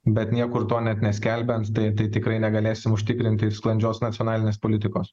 bet niekur to net neskelbiant tai tikrai negalėsim užtikrinti sklandžios nacionalinės politikos